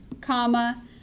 comma